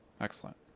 Excellent